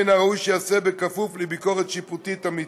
מן הראוי שייעשה בכפוף לביקורת שיפוטית אמיתית.